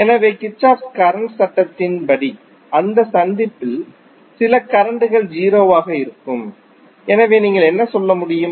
எனவே Kirchhoff current சட்டத்தின்படி அந்த சந்திப்பில் சில கரண்ட் கள் 0 ஆக இருக்கும் எனவே நீங்கள் என்ன சொல்ல முடியும்